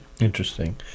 Interesting